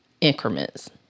increments